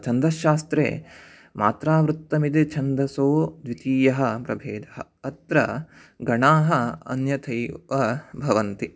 छन्दश्शास्त्रे मात्रा वृत्तमिति छन्दसो द्वितीयः प्रभेदः अत्र गणाः अन्यथैव भवन्ति